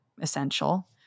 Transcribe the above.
essential